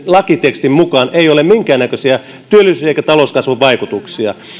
lakitekstin mukaan ole minkäännäköisiä työllisyys eikä talouskasvun vaikutuksia